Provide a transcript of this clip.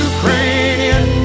Ukrainian